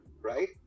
right